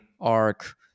arc